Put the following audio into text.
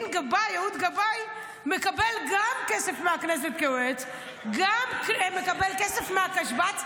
אהוד גבאי גם מקבל כסף מהכנסת כיועץ וגם מקבל כסף מהקש"צ?